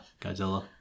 Godzilla